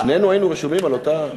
אז שנינו היינו רשומים על אותה,